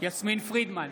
יסמין פרידמן,